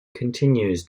continues